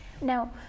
Now